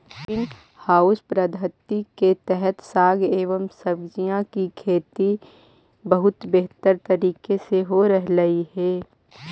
green house पद्धति के तहत साग एवं सब्जियों की खेती बहुत बेहतर तरीके से हो रहलइ हे